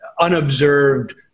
unobserved